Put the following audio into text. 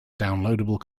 downloadable